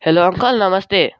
hello uncle नमस्ते